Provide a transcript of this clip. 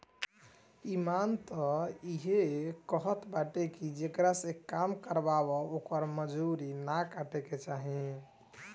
इमान तअ इहे कहत बाटे की जेकरा से काम करावअ ओकर मजूरी नाइ काटे के चाही